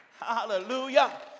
Hallelujah